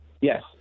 Yes